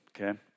okay